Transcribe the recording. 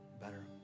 better